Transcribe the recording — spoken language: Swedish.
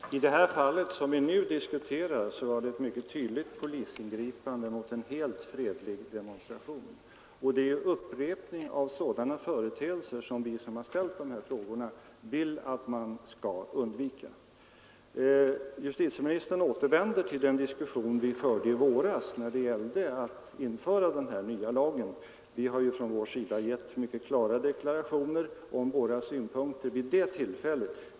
Herr talman! I det här fallet som vi nu diskuterar var det ett mycket tydligt polisingripande mot en helt fredlig demonstration, och det är ju upprepning av sådana företeelser som vi, som har ställt dessa frågor, vill att man skall undvika. Justitieministern återvände till den diskussion som vi förde i våras när det gällde att införa den här nya lagen. Från vår sida gjorde vi mycket klara deklarationer om våra synpunkter vid det tillfället.